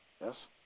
Yes